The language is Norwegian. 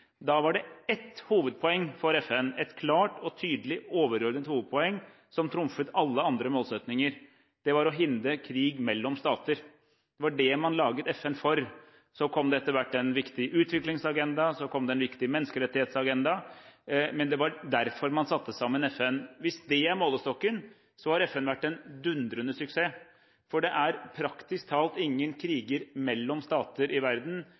Da var det ett hovedpoeng for FN, et klart og tydelig overordnet hovedpoeng som trumfet alle andre målsettinger, og det var å hindre krig mellom stater. Det var det man laget FN for. Så kom det etter hvert en viktig utviklingsagenda, så kom det en viktig menneskerettighetsagenda, men det var derfor man satte sammen FN. Hvis det er målestokken, så har FN vært en dundrende suksess, for det er praktisk talt ingen kriger mellom stater i verden